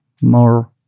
more